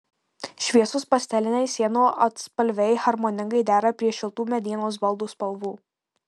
šviesūs pasteliniai sienų atspalviai harmoningai dera prie šiltų medienos baldų spalvų